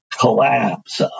collapse